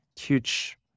huge